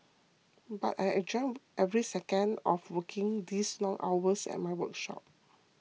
but I enjoy every second of working these long hours at my workshop